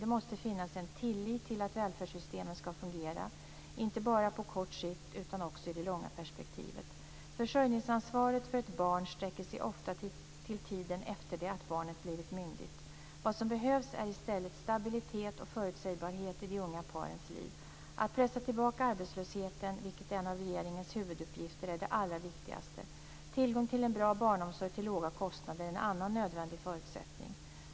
Det måste finnas en tillit till att välfärdssystemen skall fungera, inte bara på kort sikt utan också i det långa perspektivet. Försörjningsansvaret för ett barn sträcker sig ofta till tiden efter det att barnet blivit myndigt. Vad som behövs är i stället stabilitet och förutsägbarhet i de unga parens liv. Att pressa tillbaka arbetslösheten, vilket är en av regeringens huvuduppgifter, är det allra viktigaste. Tillgång till en bra barnomsorg till låga kostnader är en annan nödvändig förutsättning.